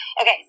Okay